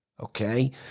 Okay